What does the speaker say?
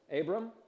Abram